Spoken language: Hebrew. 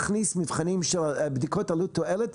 להכניס מבחנים של בדיקות עלות-תועלת: